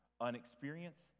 unexperienced